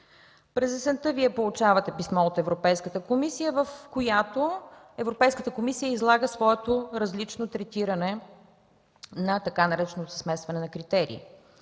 През есента Вие получавате писмо от Европейската комисия, в което Европейската комисия излага своето различно третиране на така нареченото „смесване на критерии”.